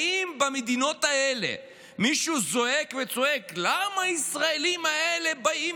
האם במדינות האלה מישהו זועק וצועק: למה הישראלים האלה באים